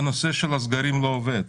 הנושא של הסגרים לא עובד,